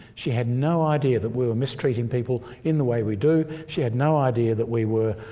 she had no idea that we were mistreating people in the way we do, she had no idea that we were